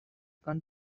was